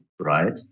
right